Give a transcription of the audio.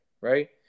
right